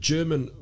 German